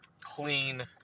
clean